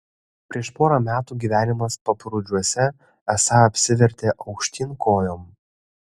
prieš porą metų gyvenimas paprūdžiuose esą apsivertė aukštyn kojom